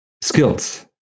skills